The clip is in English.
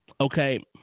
Okay